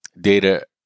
data